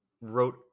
wrote